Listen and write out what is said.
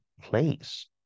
place